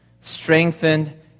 strengthened